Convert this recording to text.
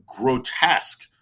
grotesque